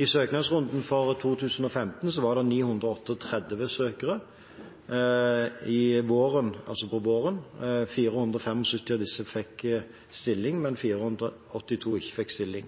I søknadsrunden for 2015 var det 938 søkere på våren. 475 av disse fikk stilling, mens 482 ikke fikk stilling.